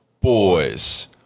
Boys